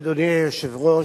אדוני היושב-ראש,